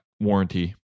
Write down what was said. warranty